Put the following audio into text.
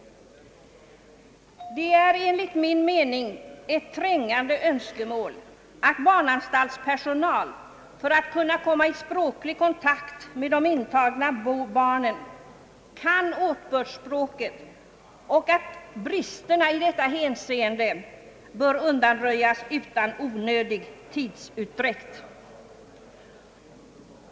Det är enligt min mening ett trängande önskemål att barnanstaltspersonal för att kunna komma i språklig kontakt med de intagna barnen kan åtbördsspråket och att bristerna i detta hänseende bör undanröjas utan onödig tidsutdräkt.